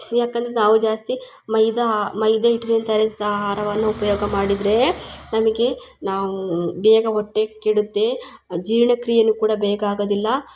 ಯಾಕಂದ್ರೆ ನಾವು ಜಾಸ್ತಿ ಮೈದಾ ಮೈದಾ ಹಿಟ್ಟಿನಿಂದ ತಯಾರಿಸಿದ ಆಹಾರವನ್ನು ಉಪಯೋಗ ಮಾಡಿದ್ರೆ ನಮಗೆ ನಾವು ಬೇಗ ಹೊಟ್ಟೆ ಕೆಡುತ್ತೆ ಜೀರ್ಣ ಕ್ರಿಯೇನು ಕೂಡ ಬೇಗ ಆಗೋದಿಲ್ಲ